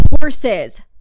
Horses